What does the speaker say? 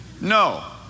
No